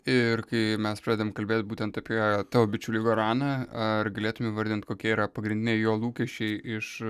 ir kai mes pradedam kalbėt būtent apie tavo bičiulį goraną ar galėtum įvardint kokie yra pagrindiniai jo lūkesčiai iš